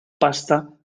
pasta